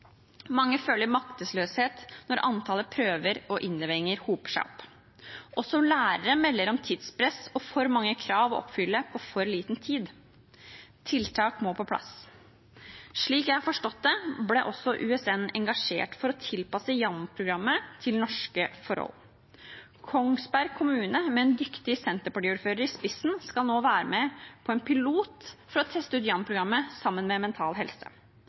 Mange føler maktesløshet når antallet prøver og innleveringer hoper seg opp. Også lærere melder om tidspress og for mange krav å oppfylle på for liten tid. Tiltak må på plass. Slik jeg har forstått det, ble USN engasjert for å tilpasse YAM-programmet til norske forhold. Kongsberg kommune, med en dyktig Senterparti-ordfører i spissen, skal nå være med på en pilot for å teste ut YAM-programmet sammen med Mental Helse.